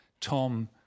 Tom